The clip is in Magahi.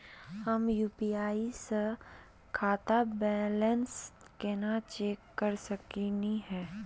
हम यू.पी.आई स खाता बैलेंस कना चेक कर सकनी हे?